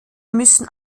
müssen